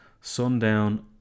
Sundown